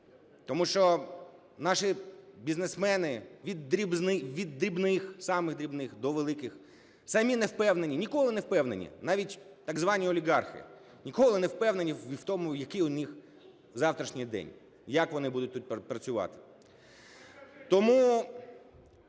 тому що наші бізнесмени, від дрібних, самих дрібних, до великих самі не впевнені, ніколи не впевнені, навіть так звані олігархи ніколи не впевнені в тому, який у них завтрашній день, і як вони будуть тут працювати. Тому